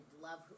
love